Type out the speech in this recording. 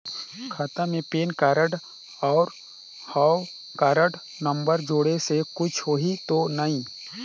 खाता मे PAN card और हव कारड नंबर जोड़े से कुछ होही तो नइ?